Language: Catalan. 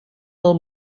del